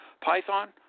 python